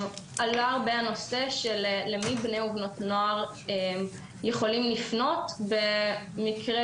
עלה הנושא למי בני הנוער יכולים לפנות במקרה